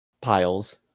Piles